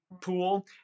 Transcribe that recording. pool